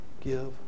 give